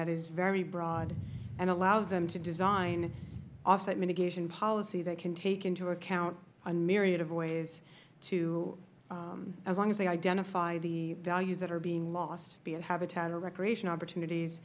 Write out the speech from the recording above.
that is very broad and allows them to design offsite mitigation policy that can take into account a myriad of ways to as long as they identify the values that are being lost be it habitat or recreation opportunities